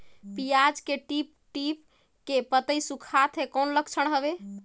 पियाज के टीप टीप के पतई सुखात हे कौन लक्षण हवे?